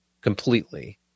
completely